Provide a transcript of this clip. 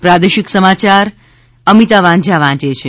પ્રાદેશિક સમાચાર અમિતા વાંઝા વાંચે છે